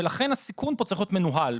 ולכן הסיכון פה צריך להיות מנוהל,